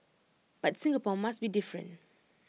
but Singapore must be different